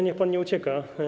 Niech pan nie ucieka.